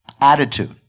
attitude